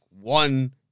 one